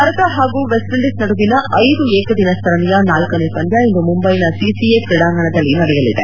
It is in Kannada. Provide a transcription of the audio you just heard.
ಭಾರತ ಹಾಗೂ ವೆಸ್ಟ್ಇಂಡೀಸ್ ನಡುವಿನ ಐದು ಏಕದಿನ ಸರಣೆಯ ನಾಲ್ಕನೇ ಪಂದ್ಯ ಇಂದು ಮುಂಬೈನ ಸಿಸಿಎ ಕ್ರೀಡಾಂಗಣದಲ್ಲಿ ನಡೆಯಲಿದೆ